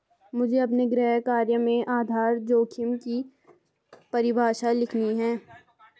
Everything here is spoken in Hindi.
मुझे अपने गृह कार्य में आधार जोखिम की परिभाषा लिखनी है